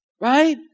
Right